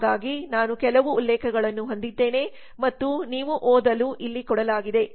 ಹಾಗಾಗಿ ನಾನು ಕೆಲವು ಉಲ್ಲೇಖಗಳನ್ನು ಹೊಂದಿದ್ದೇನೆ ಮತ್ತು ನೀವು ಓದಲು ಈಲ್ಲಿ ಕೊಡಲಾಗಿದೆ